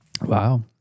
wow